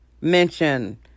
mention